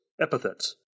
epithets